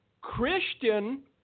Christian